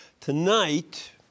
Tonight